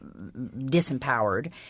disempowered